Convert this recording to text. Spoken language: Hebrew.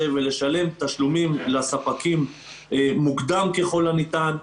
ולשלם תשלומים לספקים מוקדם ככל הניתן.